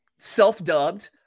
self-dubbed